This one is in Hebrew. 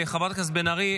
חברת הכנסת בן ארי,